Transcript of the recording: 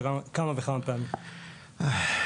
היו לנו כמאה פרויקטים בשנים האחרונות כדי להוציא ידע